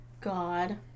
God